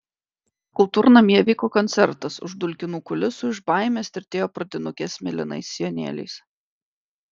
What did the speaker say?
kultūrnamyje vyko koncertas už dulkinų kulisų iš baimės tirtėjo pradinukės mėlynais sijonėliais